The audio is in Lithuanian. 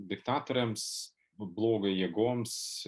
diktatoriams blogio jėgoms